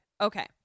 Okay